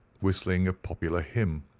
whistling a popular hymn.